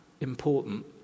important